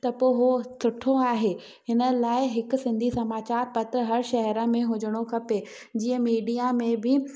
त पोइ हो सुठो आहे हिन लाइ हिकु सिंधी समाचार पत्र हर शहर में हुजिणो खपे जीअं मीडिया में बि